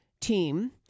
team